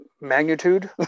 magnitude